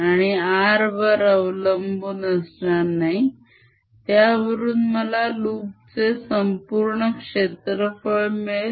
आणि r वर अवलंबून असणार नाही त्यावरून मला loop चे संपूर्ण क्षेत्रफळ मिळेल